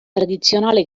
tradizionale